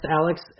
Alex